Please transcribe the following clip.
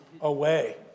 away